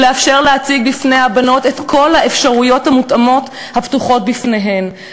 ולאפשר להציג בפני הבנות את כל האפשרויות המותאמות הפתוחות בפניהן,